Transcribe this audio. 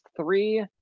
three